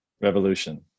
Revolution